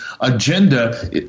agenda